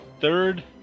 third